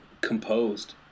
composed